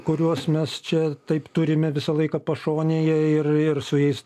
kuriuos mes čia taip turime visą laiką pašonėje ir ir su jais